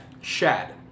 Shad